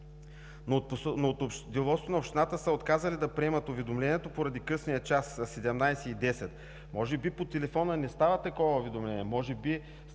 но от деловодството на общината са отказали да приемат уведомлението поради късния час – в 17,10 ч. Може би по телефона не става такова уведомление, може би